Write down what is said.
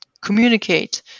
communicate